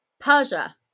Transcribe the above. Persia